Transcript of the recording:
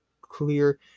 clear